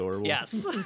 Yes